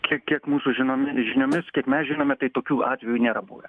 kiek kiek mūsų žinomi žiniomis kiek mes žinome tai tokių atvejų nėra buvę